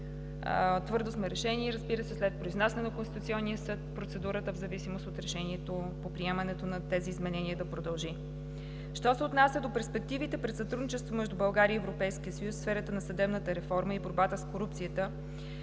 Твърдо сме решени, разбира се, след произнасяне на Конституционния съд, процедурата да продължи в зависимост от решението по приемането на тези изменения. Що се отнася до перспективите пред сътрудничеството между България и Европейския съюз в сферата на съдебната реформа и борбата с корупцията,